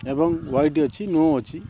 ଏବଂ ୱାଇଡ଼ି ଅଛି ନୋ ଅଛି